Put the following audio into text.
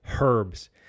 herbs